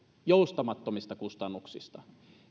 joustamattomista kustannuksista